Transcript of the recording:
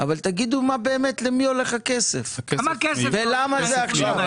אבל תגידו באמת למי הולך הכסף ולמה זה עכשיו.